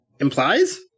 Implies